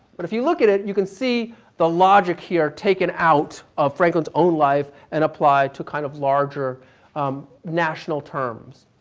but if you look at it, you can see the logic here taken out of franklin's own life and applied to kind of larger national terms.